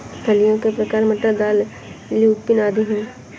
फलियों के प्रकार मटर, दाल, ल्यूपिन आदि हैं